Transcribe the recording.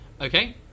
Okay